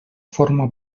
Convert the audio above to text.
forma